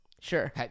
Sure